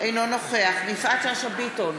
אינו נוכח יפעת שאשא ביטון,